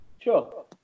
Sure